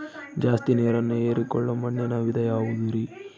ಜಾಸ್ತಿ ನೇರನ್ನ ಹೇರಿಕೊಳ್ಳೊ ಮಣ್ಣಿನ ವಿಧ ಯಾವುದುರಿ?